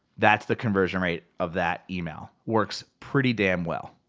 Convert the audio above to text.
that's the conversion rate of that email. works pretty damn well.